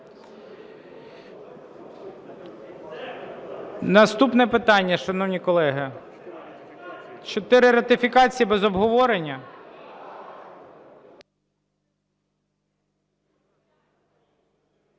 Наступне питання, шановні колеги. Чотири ратифікації без обговорення.